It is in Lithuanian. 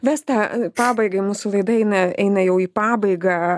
vesta pabaigai mūsų laida eina eina jau į pabaigą